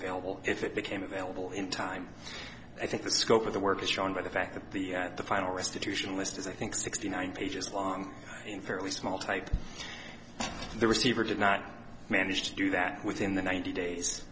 available if it became available in time i think the scope of the work is shown by the fact that the final restitution list is i think sixty nine pages long in fairly small type the receiver did not manage to do that within the ninety